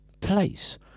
place